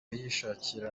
yishakira